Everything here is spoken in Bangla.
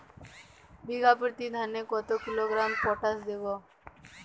বিঘাপ্রতি ধানে কত কিলোগ্রাম পটাশ দেবো?